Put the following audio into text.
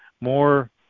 more